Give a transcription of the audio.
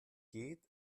geht